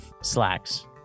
slacks